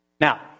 Now